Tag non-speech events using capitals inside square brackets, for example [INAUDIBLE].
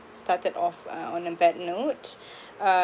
started off uh on a bad note [BREATH] uh